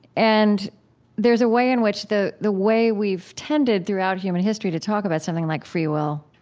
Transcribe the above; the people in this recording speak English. and there's a way in which the the way we've tended throughout human history to talk about something like free will